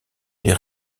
les